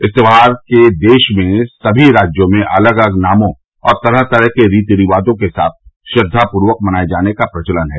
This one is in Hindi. इस त्योहार के देश के सभी राज्यों में अलग अलग नामों और तरह तरह के रीति रिवाजों के साथ श्रद्वा पूर्वक मनाये जाने का प्रचलन है